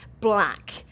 black